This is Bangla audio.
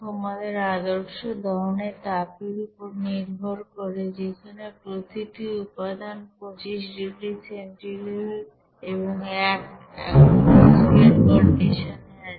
এবং তোমাদের আদর্শ দহনের তাপের উপর নির্ভর করে যেখানে প্রতিটি উপাদান 25 ডিগ্রী সেন্টিগ্রেড এবং 1 অ্যাটমোস্ফিয়ার কন্ডিশনে আছে